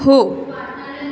हो